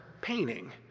painting